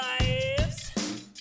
lives